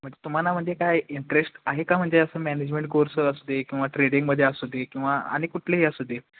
म्हणजे तुम्हाला म्हणजे काय इंटरेस्ट आहे का म्हणजे असं मॅनेजमेंट कोर्स असू दे किंवा ट्रेडिंगमध्ये असू दे किंवा आणि कुठलंही असू दे